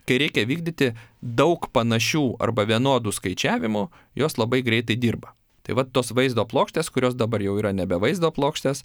kai reikia vykdyti daug panašių arba vienodų skaičiavimų jos labai greitai dirba tai vat tos vaizdo plokštės kurios dabar jau yra nebe vaizdo plokštės